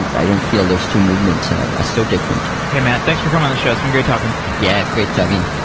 and i don't feel those two movements are ah so different. okay, matt. thanks for coming on the show. it's been great talking yeah, great talking